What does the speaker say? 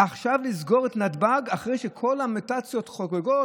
עכשיו לסגור את נתב"ג, אחרי שכל המוטציות חוגגות?